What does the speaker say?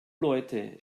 leute